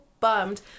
bummed